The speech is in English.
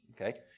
okay